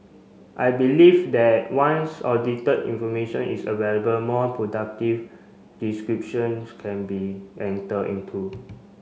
I believe that once audited information is available more productive descriptions can be enter into